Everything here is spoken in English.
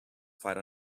fight